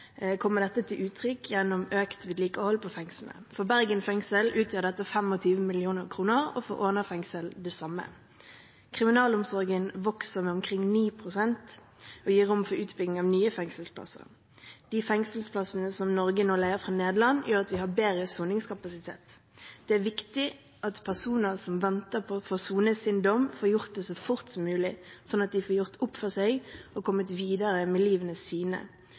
kommer dette til uttrykk gjennom økt vedlikehold på fengslene. For Bergen fengsel utgjør dette 25 mill. kr og for Åna fengsel det samme. Kriminalomsorgen vokser med omkring 9 pst., og det gir rom for utbygging av nye fengselsplasser. De fengselsplassene som Norge nå leier fra Nederland, gjør at vi har bedre soningskapasitet. Det er viktig at personer som venter på å få sone sin dom, får gjort det så fort som mulig, sånn at de får gjort opp for seg og kommet videre med livene sine.